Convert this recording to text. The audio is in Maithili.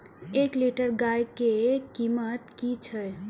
एक लीटर गाय के कीमत कि छै?